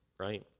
right